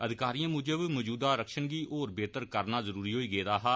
अधिकारियें मुजब मौजूदा आरक्षण गी होर बेहतर करना जरुरी होई गेदा हा